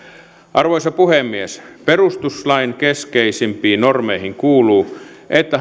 arvoisa puhemies perustuslain keskeisimpiin normeihin kuuluu että